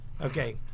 Okay